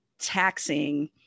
taxing